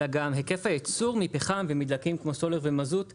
אלא גם היקף הייצור מפחם ומדלקים כמו סולר ומזוט עלה,